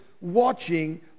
watching